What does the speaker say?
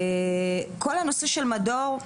כל הנושא של מדור,